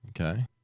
Okay